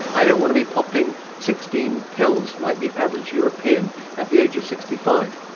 i don't want to be popping sixteen pills like the average european at the age of sixty five.